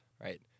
right